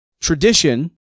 Tradition